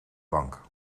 bank